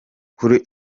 kuri